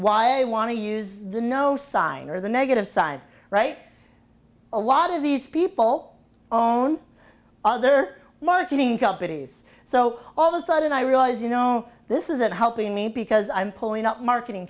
why i want to use the no sign or the negative side right a lot of these people own other marketing companies so all the sudden i realize you know this isn't helping me because i'm pulling up marketing